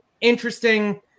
Interesting